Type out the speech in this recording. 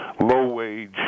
low-wage